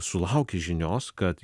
sulaukia žinios kad